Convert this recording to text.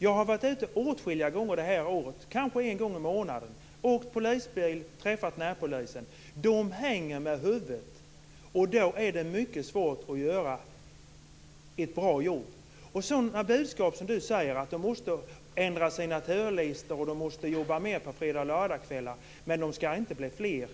Jag har varit ute åtskilliga gånger det här året, kanske en gång i månaden, åkt polisbil och träffat närpolisen. Poliserna hänger med huvudet. Det är då mycket svårt att göra ett bra jobb. Kia Andreasson säger att polismännen måste ändra sina turlistor och jobba mer på fredags och lördagskvällar, med de skall inte bli fler.